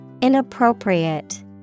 Inappropriate